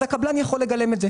אז הקבלן יכול לגלם את זה,